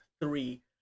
three